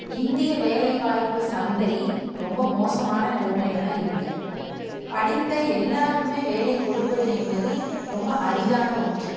இந்திய வேலைவாய்ப்பு சந்தை ரொம்ப மோசமான நிலைமையில தான் இருக்குது படித்த எல்லாருக்குமே வேலை கொடுப்பது என்பது ரொம்ப அரிதான ஒன்று